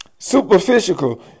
Superficial